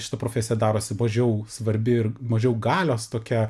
šita profesija darosi mažiau svarbi ir mažiau galios tokia